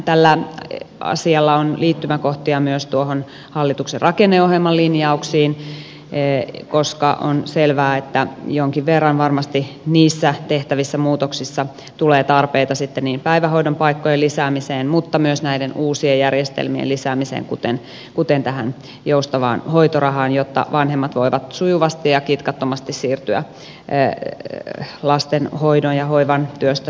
tällä asialla on liittymäkohtia myös noihin hallituksen rakenneohjelman linjauksiin koska on selvää että jonkin verran varmasti niissä tehtävissä muutoksissa tulee tarpeita päivähoidon paikkojen lisäämiseen mutta myös näiden uusien järjestelmien lisäämiseen kuten tähän joustavaan hoitorahaan jotta vanhemmat voivat sujuvasti ja kitkattomasti siirtyä lasten hoidon ja hoivan työstä työelämään